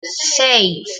seis